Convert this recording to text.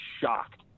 shocked